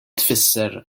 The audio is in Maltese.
tfisser